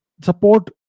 support